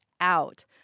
out